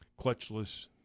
clutchless